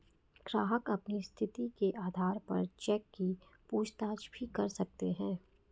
ग्राहक अपनी स्थिति के आधार पर चेक की पूछताछ भी कर सकते हैं